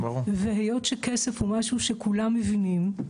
היות וכסף הוא משהו שכולם מבינים,